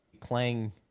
playing